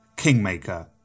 kingmaker